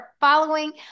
following